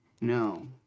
No